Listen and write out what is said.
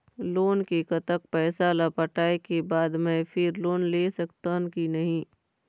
Loan के कतक पैसा ला पटाए के बाद मैं फिर लोन ले सकथन कि नहीं?